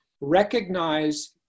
Recognize